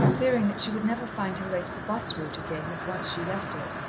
fearing that she should never find her way to the bus route again, if once she left it,